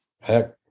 heck